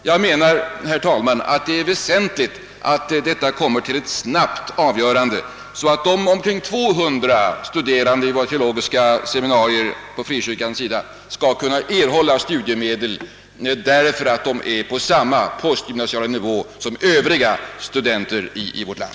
Det är väsentligt, herr talman, att denna fråga snabbt blir avgjord, så att de omkring 200 studerande vid våra teologiska seminarier på frikyrkans sida skall kunna erhålla studiemedel, eftersom de står på samma postgymnasiala nivå som övriga studenter i vårt land.